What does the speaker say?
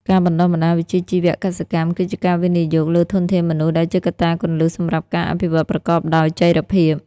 ការបណ្តុះបណ្តាលវិជ្ជាជីវៈកសិកម្មគឺជាការវិនិយោគលើធនធានមនុស្សដែលជាកត្តាគន្លឹះសម្រាប់ការអភិវឌ្ឍប្រកបដោយចីរភាព។